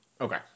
Okay